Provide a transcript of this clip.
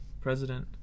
president